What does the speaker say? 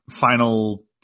final –